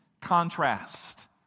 contrast